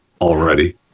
already